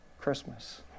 Christmas